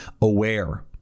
aware